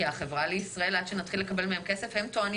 כי עד שנתחיל לקבל כסף מהחברה לישראל הם טוענים